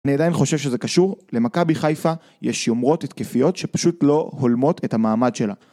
אני עדיין חושב שזה קשור למכבי בחיפה, יש יומרות התקפיות שפשוט לא הולמות את המעמד שלה